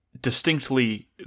distinctly